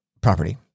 property